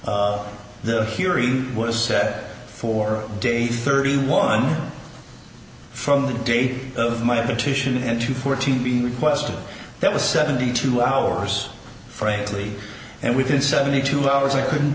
hearing was set for day thirty one from the date of my petition and to fourteen being requested there was seventy two hours frankly and within seventy two hours i couldn't